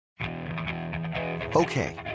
Okay